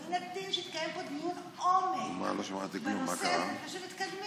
ומן הדין שיתקיים פה דיון עומק בנושא הזה לפני שמתקדמים.